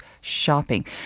shopping